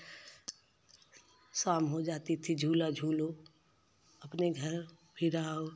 शाम हो जाती थी झूला झूलो अपने घर फिर आओ